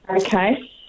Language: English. Okay